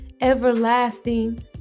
everlasting